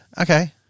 Okay